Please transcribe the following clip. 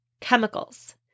Chemicals